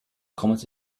comments